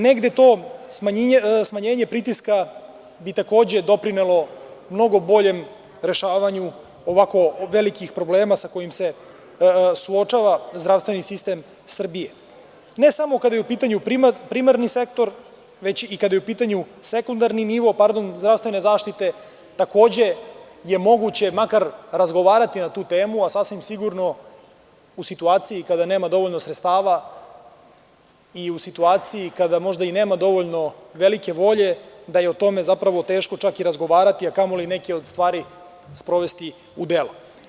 Negde to smanjenje pritiska bi takođe doprinelo mnogo boljem rešavanju ovako velikih problema sa kojima se suočava zdravstveni sistem Srbije, ne samo kada je u pitanju primarni sektor, već i kada je u pitanju sekundarni nivo, pardon, zdravstvene zaštite, takođe je moguće makar razgovarati na tu temu, a sasvim sigurno u situaciji kada nema dovoljno sredstava i u situaciji kada možda i nemamo dovoljno velike volje da je zapravo o tome teško čak i razgovarati, a kamoli neke od stvari sprovesti u delo.